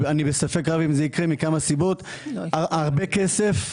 אני בספק רב אם זה יקרה מכמה סיבות: הרבה כסף,